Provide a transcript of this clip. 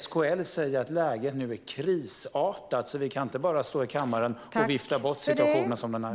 SKL säger att läget nu är krisartat. Vi kan därför inte bara stå i kammaren och vifta bort situationen som den är.